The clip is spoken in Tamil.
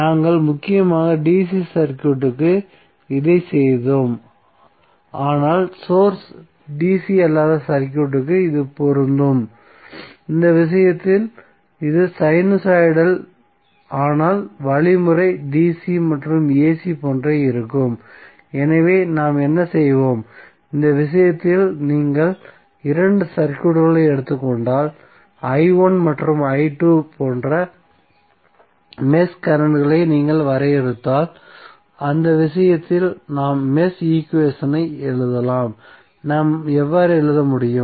நாங்கள் முக்கியமாக DC சர்க்யூட்க்கு இதைச் செய்தோம் ஆனால் சோர்ஸ் DC இல்லாத சர்க்யூட்க்கு இது பொருந்தும் இந்த விஷயத்தில் இது சைனூசாய்டல் ஆனால் வழிமுறை DC மற்றும் AC போன்றே இருக்கும் எனவே நாம் என்ன செய்வோம் இந்த விஷயத்தில் நீங்கள் இரண்டு சர்க்யூட்களை எடுத்துக் கொண்டால் மற்றும் போன்ற மெஷ் கரண்ட் ஐ நாங்கள் வரையறுத்தால் அந்த விஷயத்தில் நாம் மெஷ் ஈக்குவேஷனை எழுதலாம் நாம் எவ்வாறு எழுத முடியும்